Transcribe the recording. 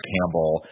Campbell